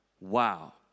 Wow